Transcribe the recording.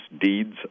deeds